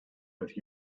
with